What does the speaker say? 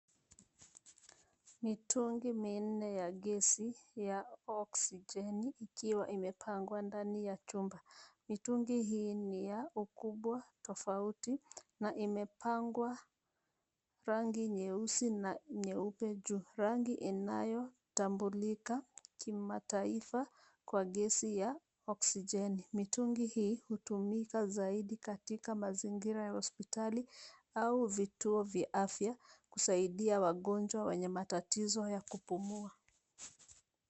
Mitungi minne ya gesi ya oxygen ikiwa imepangwa ndani ya chumba. Mitungi hii ni ya ukubwa tofauti na imepakwa rangi nyeusi na nyeupe juu, rangi inayotambulika kimataifa kwa gesi ya oxygen . Mitungi hii hutumika zaidi katika mazingira ya hospitali au vituo vya afya kusaidia wagonjwa wenye matatizo ya kupumua.